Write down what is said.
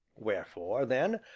wherefore, then,